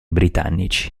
britannici